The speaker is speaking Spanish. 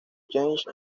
james